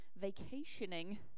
vacationing